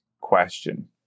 question